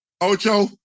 Ocho